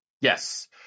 Yes